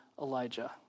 Elijah